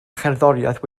cherddoriaeth